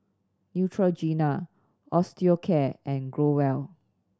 Neutrogena Osteocare and Growell